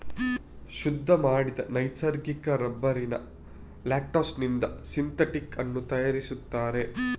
ಶುದ್ಧ ಮಾಡಿದ ನೈಸರ್ಗಿಕ ರಬ್ಬರಿನ ಲೇಟೆಕ್ಸಿನಿಂದ ಸಿಂಥೆಟಿಕ್ ಅನ್ನು ತಯಾರಿಸ್ತಾರೆ